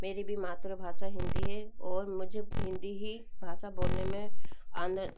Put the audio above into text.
मेरी भी मातृभाषा हिंदी है और मुझे हिंदी ही भाषा बोलने में आन